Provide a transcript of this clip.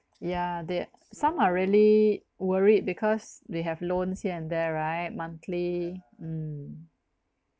yeah that some are really worried because they have loans here and there right monthly mm